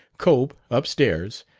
cope, up stairs,